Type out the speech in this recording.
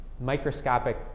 microscopic